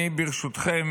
ברשותכם,